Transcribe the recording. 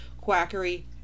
quackery